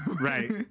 right